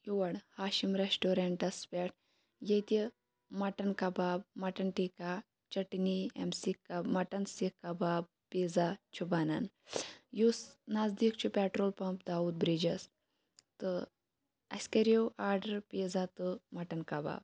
رہاشِم restaurants پٮ۪ٹھ ییٚتہِ mutton kebab mutton tikka chutney ایٚم سی کَبا مَٹَن سیکھ کَباب پِیزا چھُ بَنان یُس نَزدیٖک چھُ پیٚٹرول پَمپ داوٗد برجَس تہٕ اَسہِ کَریٚو آرڈَر پِیزا تہٕ مَٹَن کَباب